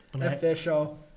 official